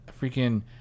freaking